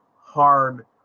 hard